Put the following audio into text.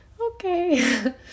okay